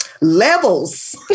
levels